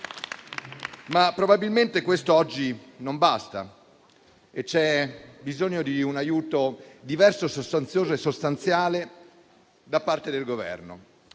Probabilmente, però, questo oggi non basta e c'è bisogno di un aiuto diverso, sostanzioso e sostanziale da parte del Governo.